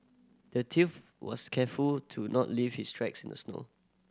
the thief was careful to not leave his tracks in the snow